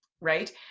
right